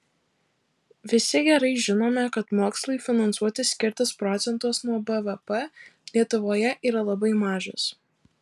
visi gerai žinome kad mokslui finansuoti skirtas procentas nuo bvp lietuvoje yra labai mažas